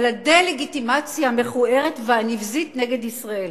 על הדה-לגיטימציה המכוערת והנבזית נגד ישראל.